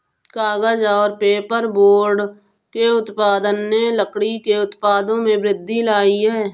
कागज़ और पेपरबोर्ड के उत्पादन ने लकड़ी के उत्पादों में वृद्धि लायी है